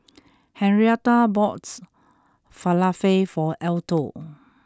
Henrietta boughts Falafel for Alto